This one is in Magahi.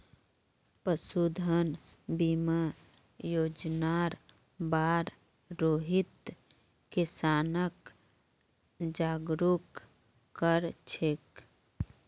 पशुधन बीमा योजनार बार रोहित किसानक जागरूक कर छेक